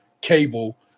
Cable